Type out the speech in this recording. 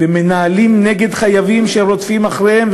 ומנהלים נגד חייבים שרודפים אחריהם,